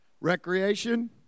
Recreation